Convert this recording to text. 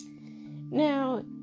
now